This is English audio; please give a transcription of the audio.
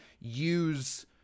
use